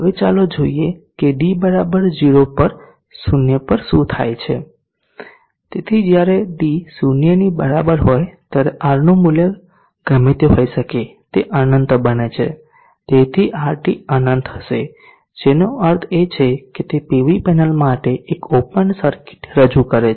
હવે ચાલો જોઈએ કે d 0 પર શું થાય છે તેથી જ્યારે d 0 ની બરાબર હોય ત્યારે R નું મૂલ્ય ગમે તે હોઈ શકે તે અનંત બને છે તેથી RT અનંત હશે જેનો અર્થ છે કે તે પીવી પેનલ માટે એક ઓપન સર્કિટ રજૂ કરે છે